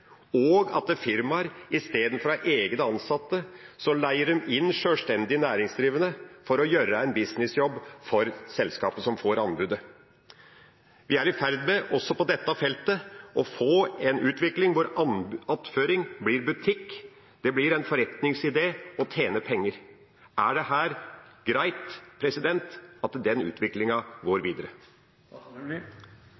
og at firmaer i stedet for å ha egne ansatte leier inn sjølstendig næringsdrivende for å gjøre en businessjobb for selskapet som får anbudet. Vi er i ferd med, også på dette feltet, å få en utvikling hvor attføring blir butikk, det blir en forretningsidé å tjene penger. Er det greit at denne utviklingen går